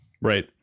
Right